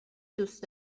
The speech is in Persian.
دوست